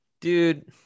dude